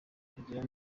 kugirira